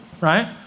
Right